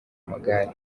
amagare